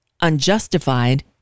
unjustified